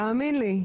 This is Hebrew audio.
תאמין לי.